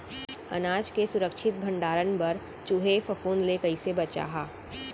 अनाज के सुरक्षित भण्डारण बर चूहे, फफूंद ले कैसे बचाहा?